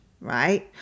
right